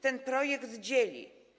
Ten projekt dzieli.